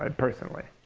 and personally.